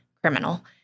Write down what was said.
criminal